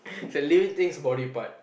values thing about the part